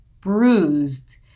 bruised